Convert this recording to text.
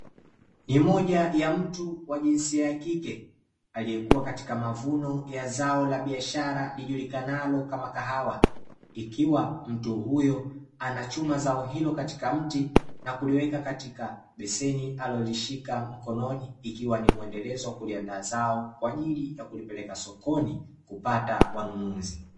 ni moja ya mtu wa jinsia ya kike aliyekuwa katika mavuno ya zao la biashara, lijulikanalo kahawa ikiwa mtu huyo anachuma zao hilo katika mti na kuliweka katika beseni alilolishika mkononi ikiwa ni muendelezo wa kuliandaa zao wka ajili ya kulipeleka sokoni kupata wanunuzi.